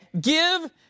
Give